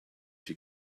she